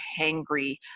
hangry